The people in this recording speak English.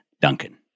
Duncan